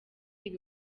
ibi